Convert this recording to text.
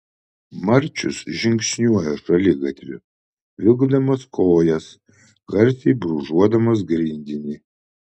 marčius žingsniuoja šaligatviu vilkdamas kojas garsiai brūžuodamas grindinį